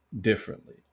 differently